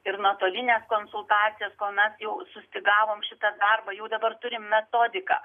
ir nuotolinę konsultaciją kuomet jau sustygavome šitą darbą jau dabar turime metodiką